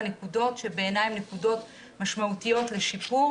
נקודות שבעיני הן נקודות משמעותיות לשיפור,